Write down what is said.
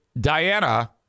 Diana